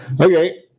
Okay